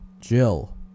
Jill